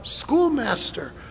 schoolmaster